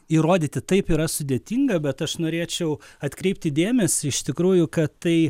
įrodyti taip yra sudėtinga bet aš norėčiau atkreipti dėmesį iš tikrųjų kad tai